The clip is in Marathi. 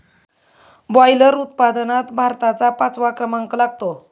बॉयलर उत्पादनात भारताचा पाचवा क्रमांक लागतो